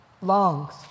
Lungs